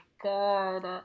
god